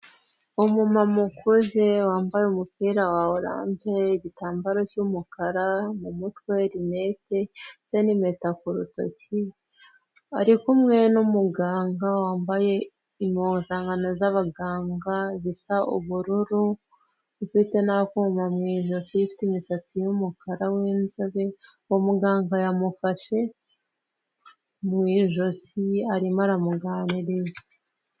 Umumama ukuze wambaye umupira wa oranje, igitambaro cy'umukara mu mutwe, rinete n'impeta ku rutoki, ari kumwe n'umuganga wambaye impuzankano z'abaganga, zisa ubururu ufite n'akuma mu ijosi, ufite imisatsi y'umukara w'inzobe, muganga yamufashe mu ijosi arimo aramuganiza.